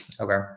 Okay